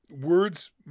words